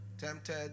tempted